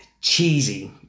cheesy